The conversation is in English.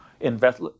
invest